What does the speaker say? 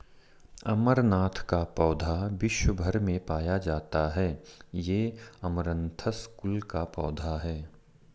अमरनाथ का पौधा विश्व् भर में पाया जाता है ये अमरंथस कुल का पौधा है